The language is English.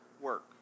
work